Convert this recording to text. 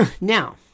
Now